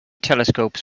telescopes